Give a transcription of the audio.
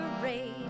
parade